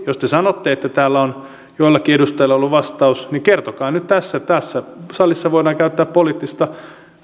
jos te sanotte että täällä on joillakin edustajilla ollut vastaus kertokaa nyt tässä tässä salissa voidaan käydä poliittista